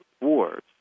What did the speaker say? wars